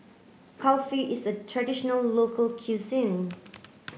Kulfi is a traditional local cuisine